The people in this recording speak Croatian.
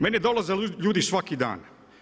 Meni dolaze ljudi svaki dan.